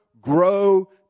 grow